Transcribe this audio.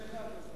כבוד השר,